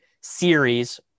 series